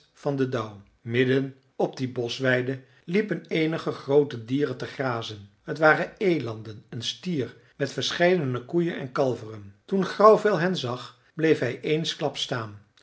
van den dauw midden op die boschweide liepen eenige groote dieren te grazen t waren elanden een stier met verscheidene koeien en kalveren toen grauwvel hen zag bleef hij eensklaps staan